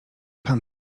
pan